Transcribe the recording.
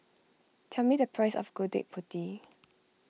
tell me the price of Gudeg Putih